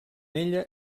ella